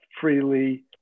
freely